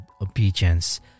obedience